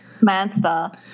Mansta